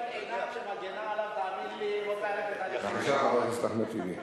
בבקשה, חבר הכנסת אחמד טיבי.